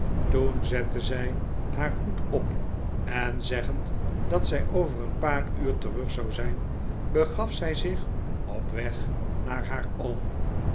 toen zette zij haar hoed op en zeggend dat zij over een paar uur terug zou zijn begaf zij zich op weg naar haar oom